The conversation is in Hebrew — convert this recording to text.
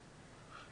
לא רק,